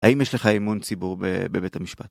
האם יש לך אמון ציבור בבית המשפט?